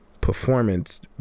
performance